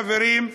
חברים,